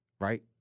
right